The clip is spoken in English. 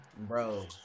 Bro